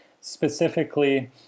specifically